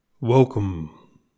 Welcome